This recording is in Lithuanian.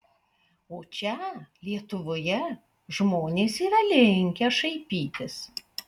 o čia lietuvoje žmonės yra linkę šaipytis